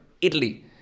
Italy